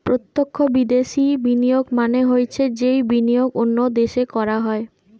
প্রত্যক্ষ বিদ্যাশি বিনিয়োগ মানে হৈছে যেই বিনিয়োগ অন্য দেশে করা হয়